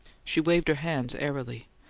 she waved her hands airily.